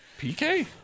PK